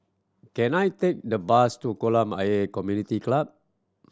can I take the bus to Kolam Ayer Community Club